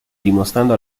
dimostrando